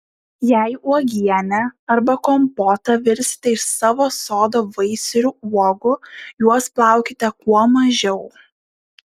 jei uogienę arba kompotą virsite iš savo sodo vaisių ir uogų juos plaukite kuo mažiau